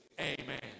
amen